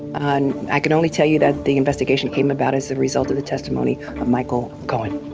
and i can only tell you that the investigation came about as a result of the testimony of michael cohen